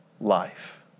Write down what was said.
life